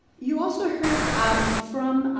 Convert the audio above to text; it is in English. you also heard um from